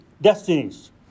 destinies